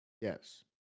Yes